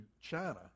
China